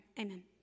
Amen